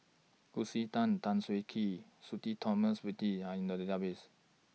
Lucy Tan Tan Siah Kwee Sudhir Thomas Vadaketh Are in The Database